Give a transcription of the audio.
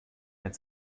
mit